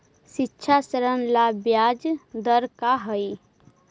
शिक्षा ऋण ला ब्याज दर का हई?